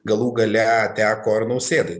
galų gale teko ir nausėdai